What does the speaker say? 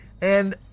And-